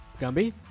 Gumby